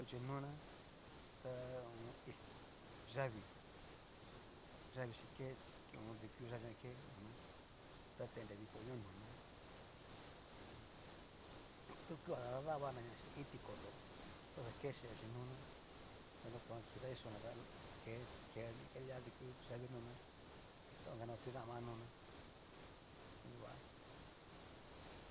Nruchinona ta hí yavii yavii xi kéya vii jan ke nona ta tendre viko ño nona, tu kua ta dadabana ña xhin iin ti koto xa oxa que yee nruchinona, ta nrokona inka kii ta kichona ke- ke kelia duku yavii noná ta naotu dama jan nona ta nruvá.